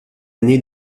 année